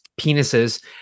penises